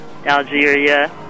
Algeria